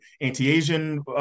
anti-Asian